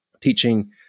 teaching